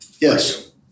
yes